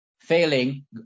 failing